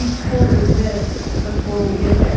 tools exist before we get there.